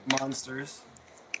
monsters